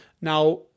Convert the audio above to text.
Now